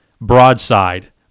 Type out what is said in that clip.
broadside